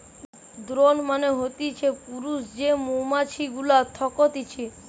drone মানে হতিছে পুরুষ যে মৌমাছি গুলা থকতিছে